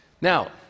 Now